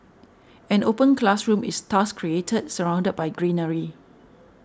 an open classroom is thus created surrounded by greenery